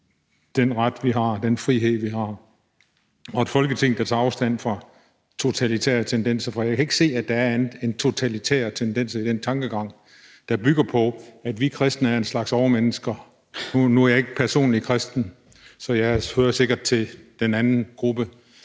den ret, vi har, den frihed, vi har. Og det er et Folketing, der tager afstand fra totalitære tendenser, for jeg kan ikke se, at der er andet end totalitære tendenser i den tankegang, der bygger på, at vi kristne er en slags overmennesker. Nu er jeg personligt ikke kristen, så jeg hører sikkert til den anden gruppe,